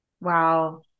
Wow